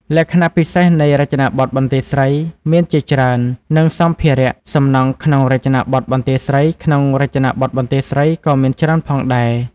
លក្ខណៈពិសេសនៃរចនាបថបន្ទាយស្រីមានជាច្រើន និងសម្ភារៈសំណង់ក្នុងរចនាបថបន្ទាយស្រីក្នុងរចនាបថបន្ទាយស្រីក៏មានច្រើនផងដែរ។